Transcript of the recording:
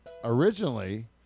Originally